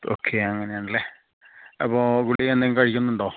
okay അങ്ങനെ ആണല്ലേ അപ്പോൾ കുട്ടി എന്തെങ്കിലും കഴിക്കുന്നുണ്ടോ